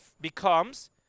becomes